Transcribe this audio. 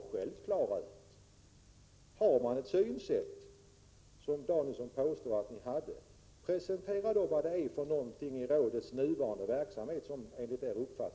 Om ni moderater har ett synsätt, som Bertil Danielsson påstår att ni har, presentera då vad det är som skall läggas ner i rådets nuvarande verksamhet!